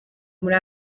muri